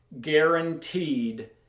guaranteed